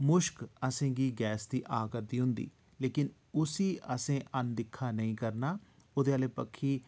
मुश्क असेंगी गैस दी आ करदी होंदी लेकिन उसी असें अनदिक्खा नेईं करना ओह्दे आह्ली बक्खी